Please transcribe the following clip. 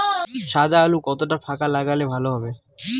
সাদা আলু কতটা ফাকা লাগলে ভালো হবে?